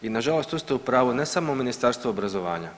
I nažalost tu ste u pravu, ne samo Ministarstvo obrazovanja.